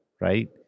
right